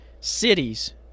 cities